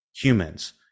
humans